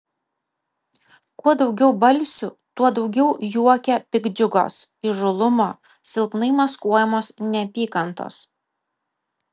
kuo daugiau balsių tuo daugiau juoke piktdžiugos įžūlumo silpnai maskuojamos neapykantos